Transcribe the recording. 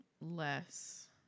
less